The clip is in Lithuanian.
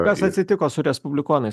kas atsitiko su respublikonais